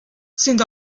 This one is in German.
sind